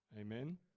Amen